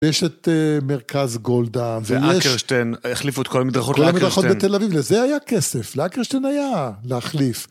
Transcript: יש את מרכז גולדה ויש... ואקרשטיין, החליפו את כל המדרכות של אקרשטיין. כל המדרכות בתל אביב, לזה היה כסף, לאקרשטיין היה להחליף.